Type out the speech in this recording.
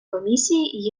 комісії